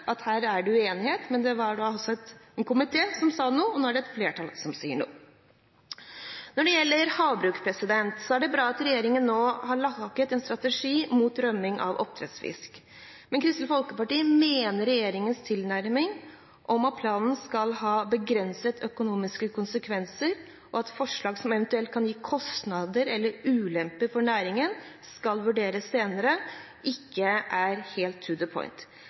en samlet komité som sa noe, og nå er det et flertall som sier noe. Når det gjelder havbruk, er det bra at regjeringen nå har laget en strategi mot rømming av oppdrettsfisk. Men Kristelig Folkeparti mener regjeringens tilnærming om at planen skal ha begrensede økonomiske konsekvenser, og at forslag som eventuelt kan gi kostnader eller ulemper for næringen, skal vurderes senere, ikke er helt